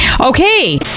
Okay